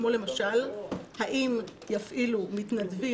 כמו למשל האם יפעילו מתנדבים,